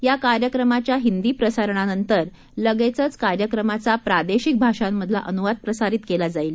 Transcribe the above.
या कार्यक्रमाच्या हिंदी प्रसारणानंतर लगेचच कार्यक्रमाचा प्रादेशिक भाषांमधला अनुवाद प्रसारित केला जाईल